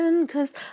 Cause